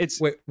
Wait